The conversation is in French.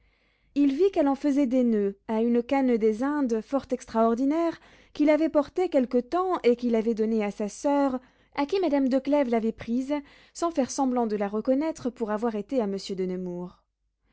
il vit qu'elle en faisait des noeuds à une canne des indes fort extraordinaire qu'il avait portée quelque temps et qu'il avait donnée à sa soeur à qui madame de clèves l'avait prise sans faire semblant de la reconnaître pour avoir été à monsieur de nemours